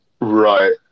right